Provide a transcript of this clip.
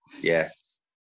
yes